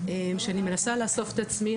שאני מנסה לאסוף את עצמי.